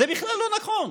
זה בכלל לא נכון.